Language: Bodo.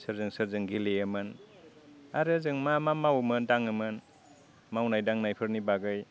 सोरजों सोरजों गेलेयोमोन आरो जों मा मा मावोमोन दाङोमोन मावनाय दांनायफोरनि बागै